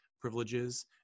privileges